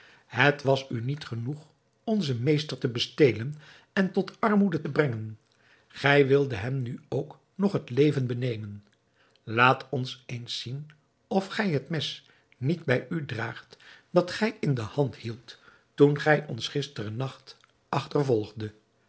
het was u niet genoeg onzen meester te bestelen en tot armoede te brengen gij wildet hem nu ook nog het leven benemen laat ons eens zien of gij het mes niet bij u draagt dat gij in de hand hield toen gij ons gisteren nacht